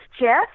Jeff